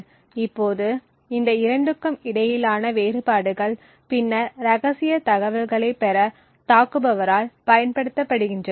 இப்போது இந்த 2 க்கு இடையிலான வேறுபாடுகள் பின்னர் ரகசிய தகவல்களைப் பெற தாக்குபவரால் பயன்படுத்தப்படுகின்றன